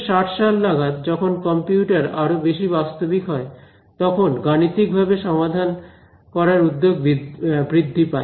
1960 সাল নাগাদ যখন কম্পিউটার আরো বেশি বাস্তবিক হয় তখন গাণিতিকভাবে সমাধান করার উদ্যোগ বৃদ্ধি পায়